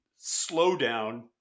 slowdown